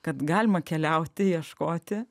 kad galima keliauti ieškoti